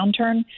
downturn